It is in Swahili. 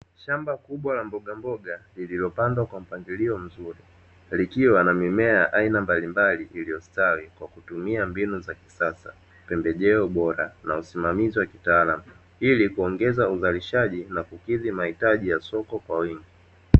Shamba kubwa la mbogamboga lililopandwa kwa mpangilio mzuri likiwa na mimea aina mbalimbali iliyostawi kwa kutumia mbinu za kisasa pembejeo bora na usimamizi wa kitaalam ili kuongeza uzalishaji na kukidhi mahitaji ya soko kwa wingi